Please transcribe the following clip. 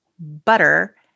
butter